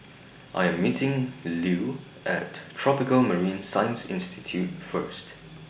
I Am meeting Lue At Tropical Marine Science Institute First